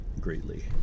greatly